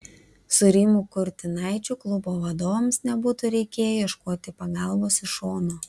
su rimu kurtinaičiu klubo vadovams nebūtų reikėję ieškoti pagalbos iš šono